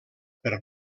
per